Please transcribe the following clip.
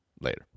later